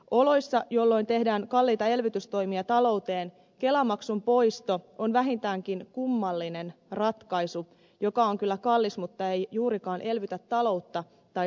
oloissa jolloin tehdään kalliita elvytystoimia talouteen kelamaksun poisto on vähintäänkin kummallinen ratkaisu joka on kyllä kallis mutta ei juurikaan elvytä taloutta saati työllistä